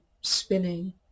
spinning